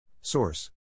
Source